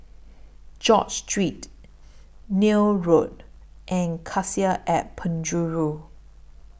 George Street Neil Road and Cassia At Penjuru